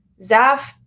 Zaf